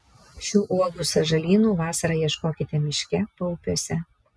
šių uogų sąžalynų vasarą ieškokite miške paupiuose